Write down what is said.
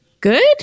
good